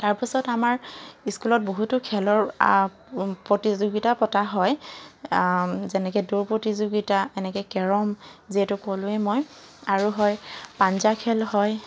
তাৰপাছত আমাৰ স্কুলত বহুতো খেলৰ প্ৰতিযোগিতা পতা হয় যেনেকৈ দৌৰ প্ৰতিযোগিতা এনেকৈ কেৰম যিহেতু ক'লোৱেই মই আৰু হয় পাঞ্জা খেল হয়